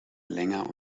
länger